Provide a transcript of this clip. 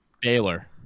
Baylor